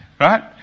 right